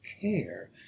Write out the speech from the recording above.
care